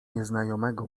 nieznajomego